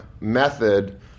method